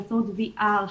באמצעות VR,